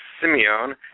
Simeon